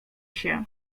się